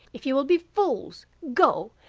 if you will be fools, go!